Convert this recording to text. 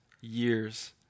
years